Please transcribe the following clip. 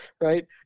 right